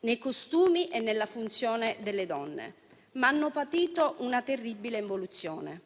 nei costumi e nella funzione delle donne, ma hanno patito una terribile involuzione.